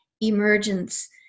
emergence